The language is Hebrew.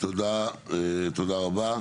תודה רבה.